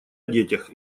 детях